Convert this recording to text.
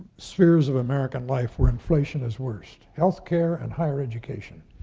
spheres of american life where inflation is worst, healthcare and higher education.